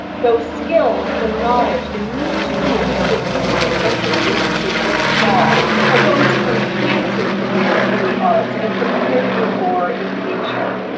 those skills, the knowledge, the new tools that you will be introduced to this fall are going to enhance your careers in the arts and prepare you for the future.